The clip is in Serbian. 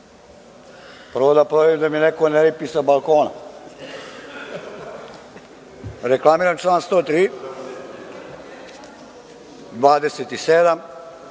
prvo da proverim da mi neko ne ripi sa balkona. Reklamiram član 103, 27,